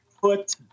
put